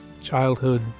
Childhood